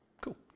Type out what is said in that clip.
Cool